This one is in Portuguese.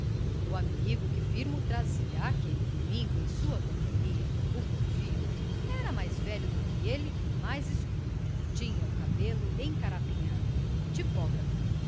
o amigo que firmo trazia aquele domingo em sua companhia o porfiro era mais velho do que ele e mais escuro tinha o cabelo encarapinhado